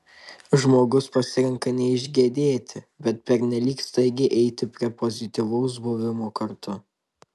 žmogus pasirenka neišgedėti bet pernelyg staigiai eiti prie pozityvaus buvimo kartu